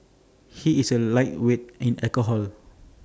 he is A lightweight in alcohol